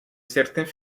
certains